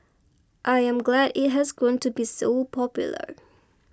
I am glad it has grown to be so popular